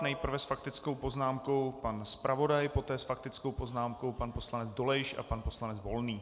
Nejprve s faktickou poznámkou pan zpravodaj, poté s faktickou poznámkou pan poslanec Dolejš a pan poslanec Volný.